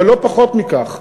אבל לא פחות מכך,